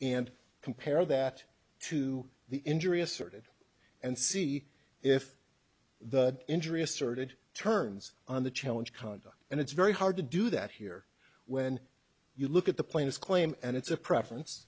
and compare that to the injury asserted and see if the injury asserted turns on the challenge conduct and it's very hard to do that here when you look at the plaintiffs claim and it's a preference